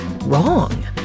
wrong